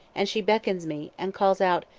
and she beckons me, and calls out,